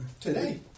today